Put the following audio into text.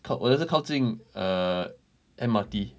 靠我的是靠近 err M_R_T